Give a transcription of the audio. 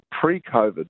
pre-COVID